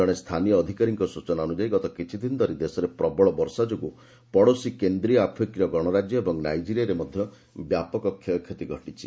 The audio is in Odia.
ଜଣେ ସ୍ଥାନୀୟ ଅଧିକାରୀଙ୍କ ସୂଚନା ଅନୁଯାୟୀ ଗତ କିଛିଦିନ ଧରି ଦେଶରେ ପ୍ରବଳ ବର୍ଷା ଯୋଗୁଁ ପଡ଼ୋଶୀ କେନ୍ଦ୍ରୀୟ ଆଫ୍ରିକୀୟ ଗଣରାଜ୍ୟ ଓ ନାଇଜେରିଆରେ ମଧ୍ୟ ବ୍ୟାପକ କ୍ଷୟକ୍ଷତି ଘଟିଛି